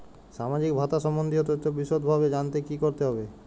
সামাজিক ভাতা সম্বন্ধীয় তথ্য বিষদভাবে জানতে কী করতে হবে?